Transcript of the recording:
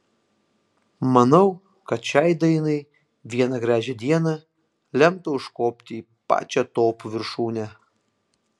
manau kad šiai dainai vieną gražią dieną lemta užkopti į pačią topų viršūnę